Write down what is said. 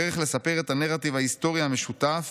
דרך לספר את הנרטיב ההיסטורי המשותף